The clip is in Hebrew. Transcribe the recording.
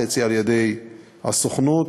חצי על-ידי הסוכנות,